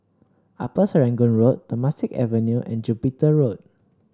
Upper Serangoon Road Temasek Avenue and Jupiter Road